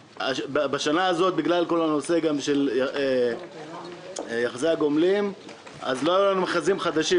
בשנה הזאת בגלל כל הנושא של יחסי הגומלין לא היו לנו מכרזים חדשים,